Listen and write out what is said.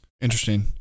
Interesting